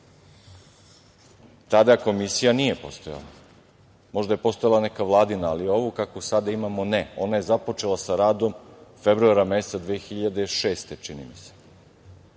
Tada Komisija nije postojala, možda je postojala neka Vladina, ova kakvu sada imamo, ne. Ona je započela sa radom februara meseca 2006. godine, čini mi se.